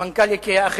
מנכ"ל "איקאה".